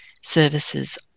services